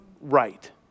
right